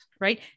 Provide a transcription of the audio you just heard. right